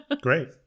Great